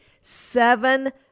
seven